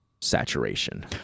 saturation